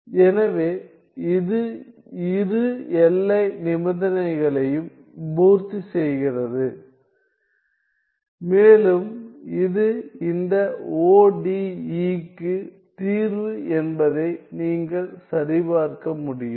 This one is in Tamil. எனவே இது இரு எல்லை நிபந்தனைகளையும் பூர்த்திசெய்கிறது மேலும் இது இந்த ODE க்கு தீர்வு என்பதை நீங்கள் சரிபார்க்க முடியும்